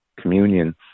communion